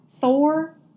Thor